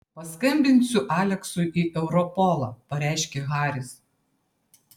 paskambinsiu aleksui į europolą pareiškė haris